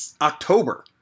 October